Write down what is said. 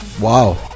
wow